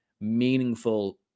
meaningful